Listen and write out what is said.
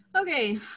Okay